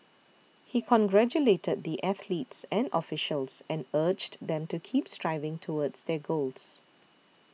he congratulated the athletes and officials and urged them to keep striving towards their goals